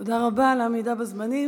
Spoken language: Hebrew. תודה רבה על העמידה בזמנים.